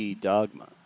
Dogma